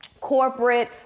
corporate